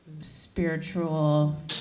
spiritual